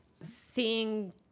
Seeing